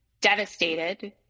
devastated